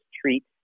treat